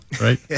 right